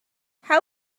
how